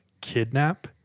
kidnap